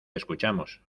escuchamos